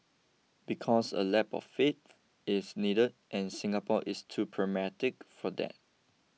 because a leap of faith is needed and Singapore is too pragmatic for that